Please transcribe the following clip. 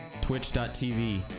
Twitch.tv